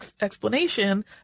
explanation